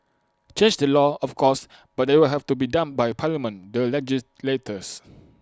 change the law of course but that will have to be done by parliament the legislators